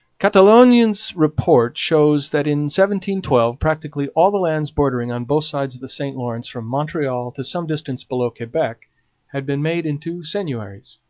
catalogne's report shows that in one twelve practically all the lands bordering on both sides of the st lawrence from montreal to some distance below quebec had been made into seigneuries.